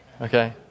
okay